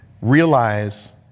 realize